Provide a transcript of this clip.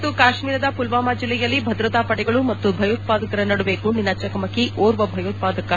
ಜಮ್ಮು ಮತ್ತು ಕಾಶ್ಮೀರದ ಪುಲ್ಲಾಮಾ ಜಿಲ್ಲೆಯಲ್ಲಿ ಭದ್ರತಾ ಪಡೆಗಳು ಮತ್ತು ಭಯೋತ್ಸಾದಕರ ನಡುವೆ ಗುಂಡಿನ ಚಕಮಕಿ ಓರ್ವ ಭಯೋತ್ಸಾದಕ ಹತೆ